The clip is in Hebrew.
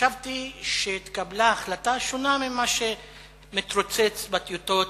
חשבתי שהתקבלה החלטה שונה ממה שמתרוצץ בטיוטות